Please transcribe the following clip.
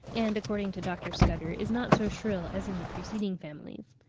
and according to dr. scudder, is not so shrill as in the preceding families.